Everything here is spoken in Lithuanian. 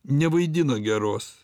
nevaidino geros